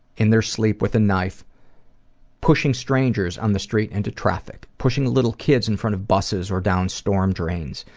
in their sleep with a knife pushing strangers on the street into traffic, pushing little kids in front of buses or down storm drains.